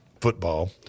football